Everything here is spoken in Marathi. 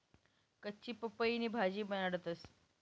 कच्ची पपईनी भाजी बनाडतंस